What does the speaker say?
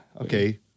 Okay